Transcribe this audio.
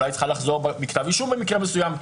אולי היא צריכה לחזור בה מכתב אישום במקרה מסוים,